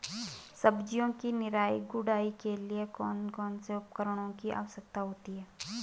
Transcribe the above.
सब्जियों की निराई गुड़ाई के लिए कौन कौन से उपकरणों की आवश्यकता होती है?